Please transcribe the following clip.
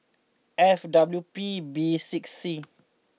F W P B six C